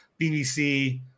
BBC